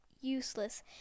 useless